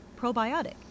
Probiotic